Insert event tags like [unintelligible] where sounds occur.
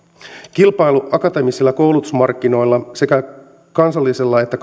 kilpailu akateemisilla koulutusmarkkinoilla sekä kansallisella että [unintelligible]